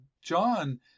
John